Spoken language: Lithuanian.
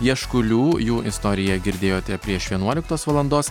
ješkulių jų istoriją girdėjote prieš vienuoliktos valandos